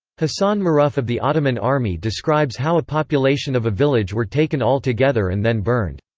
hasan maruf of the ottoman army describes how a population of a village were taken all together and then burned.